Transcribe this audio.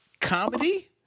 comedy